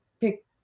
pick